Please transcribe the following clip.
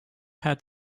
had